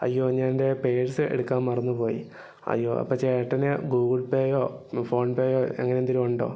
അയ്യോ ഞാനെന്റെ പേഴ്സ്സ് എടുക്കാൻ മറന്ന് പോയി അയ്യോ അപ്പം ചേട്ടന് ഗൂഗിൾ പേയോ ഫോൺ പേയോ അങ്ങനെന്തേലുവൊണ്ടൊ